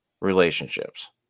relationships